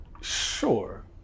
sure